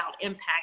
impact